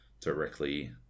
directly